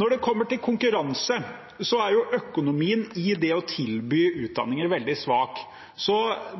Når det gjelder konkurranse, er jo økonomien i det å tilby utdanninger veldig svak.